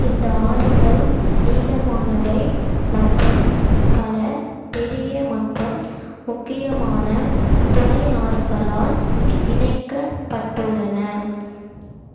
இந்த ஆறுகள் நீளமானவை மற்றும் பல பெரிய மற்றும் முக்கியமான துணை ஆறுகளால் இணைக்கப்பட்டுள்ளன